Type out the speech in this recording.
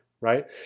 right